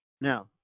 Now